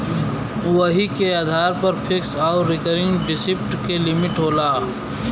वही के आधार पर फिक्स आउर रीकरिंग डिप्सिट के लिमिट होला